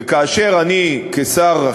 וכאשר אני כשר,